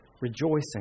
rejoicing